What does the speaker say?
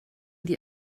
die